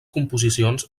composicions